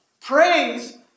Praise